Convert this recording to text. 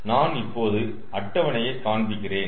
நான் இப்போது அட்டவணையை காண்பிக்கிறேன்